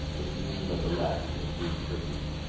was the union of the latin and greek churches.